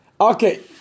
Okay